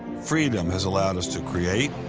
freedom has allowed us to create,